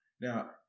Now